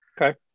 Okay